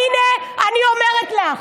והינה, אני אומרת לך,